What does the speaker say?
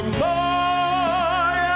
more